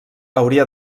hauria